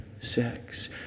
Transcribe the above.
sex